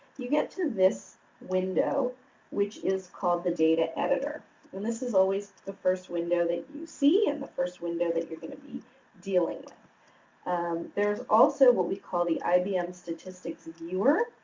you get to this window which is called the data editor and this is always the first window that you see and the first window that you're going to be dealing with. there is also what we call the ibm statistics viewer.